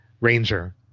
Ranger